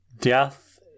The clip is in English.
Death